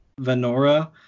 venora